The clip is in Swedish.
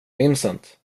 vincent